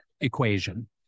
equation